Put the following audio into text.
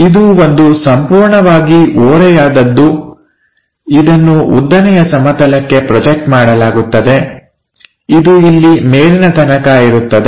ಇದು ಒಂದು ಸಂಪೂರ್ಣವಾಗಿ ಓರೆಯಾದದ್ದು ಇದನ್ನು ಉದ್ದನೆಯ ಸಮತಲಕ್ಕೆ ಪ್ರೊಜೆಕ್ಟ್ ಮಾಡಲಾಗುತ್ತದೆ ಇದು ಇಲ್ಲಿ ಮೇಲಿನ ತನಕ ಇರುತ್ತದೆ